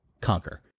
conquer